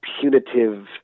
punitive